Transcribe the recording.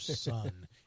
son